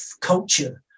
culture